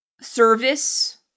service